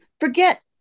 Forget